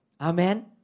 Amen